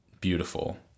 beautiful